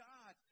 God